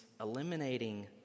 eliminating